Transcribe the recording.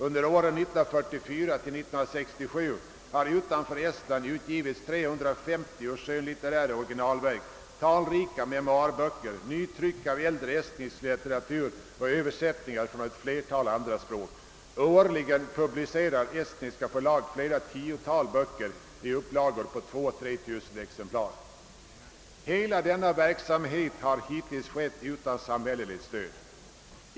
Under åren 1944—1967 har utanför Estland utgivits 350 skönlitterära originalverk, talrika memoarböcker, nytryck av äldre estnisk litteratur och översättningar från flera andra språk. Årligen publicerar estniska förlag flera tiotal böcker i upplagor på 2 000—3 000 exemplar. Hela denna verksamhet har hittills ägt rum utan samhälleligt stöd.